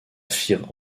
firent